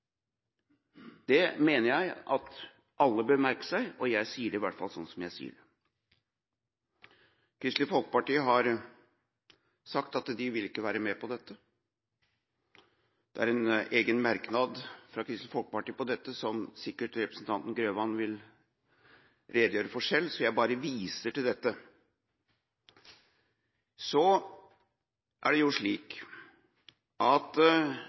Det mener jeg at alle bør merke seg, og jeg sier det i hvert fall sånn som jeg sier det. Kristelig Folkeparti har sagt at de ikke vil være med på dette. Det er en egen merknad fra Kristelig Folkeparti om dette som sikkert representanten Grøvan vil redegjøre for selv, så jeg bare viser til dette. Så er det slik at